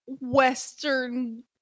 Western